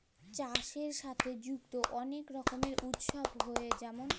চাষের সাথে যুক্ত অলেক রকমের উৎসব হ্যয়ে যেমল